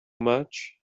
much